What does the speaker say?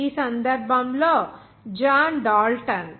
ఈ సందర్భంలో John Dalton